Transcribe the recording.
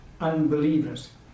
unbelievers